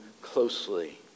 closely